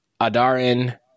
Adarin